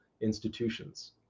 institutions